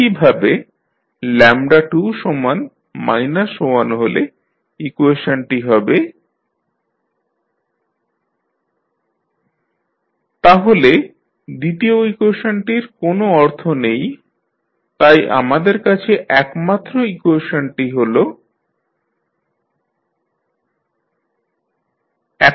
একইভাবে 2 1 হলে ইকুয়েশনটি হবে 2 1 0 0 p12 p22 0 0 তাহলে দ্বিতীয় ইকুয়েশনটির কোনো অর্থ নেই তাই আমাদের কাছে একমাত্র ইকুয়েশনটি হল 2p12p220